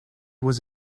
was